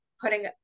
putting